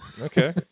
Okay